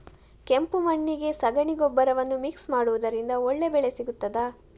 ಕೆಂಪು ಮಣ್ಣಿಗೆ ಸಗಣಿ ಗೊಬ್ಬರವನ್ನು ಮಿಕ್ಸ್ ಮಾಡುವುದರಿಂದ ಒಳ್ಳೆ ಬೆಳೆ ಸಿಗುತ್ತದಾ?